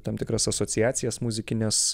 tam tikras asociacijas muzikines